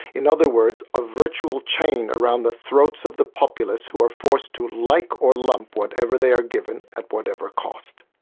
in other words, a virtual chain around the throats of the populace, who are forced to like or lump whatever they are given, at whatever cost.